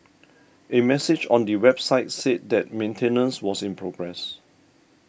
a message on the website said that maintenance was in progress